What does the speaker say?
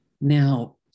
Now